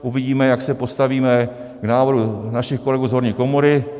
Uvidíme, jak se postavíme k návrhu našich kolegů z horní komory.